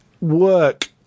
work